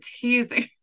teasing